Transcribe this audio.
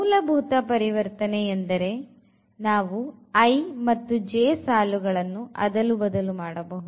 ಮೂಲಭೂತ ಪರಿವರ್ತನೆ ಎಂದರೆ ನಾವು i ಮತ್ತು j ಸಾಲುಗಳನ್ನು ಅದಲು ಬದಲು ಮಾಡಬಹುದು